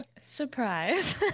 Surprise